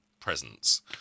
Presence